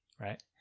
Right